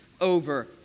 over